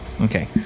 Okay